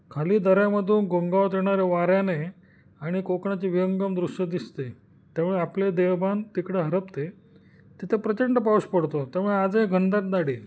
खाली दऱ्यामधून घोंघावत येणाऱ्या वाऱ्याने आणि कोकणाची विहंगम दृश्य दिसते त्यामुळे आपले देहभान तिकडं हरपते तिथं प्रचंड पाऊस पडतो त्यामुळे आजही घनदाट झाडी आहे